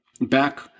back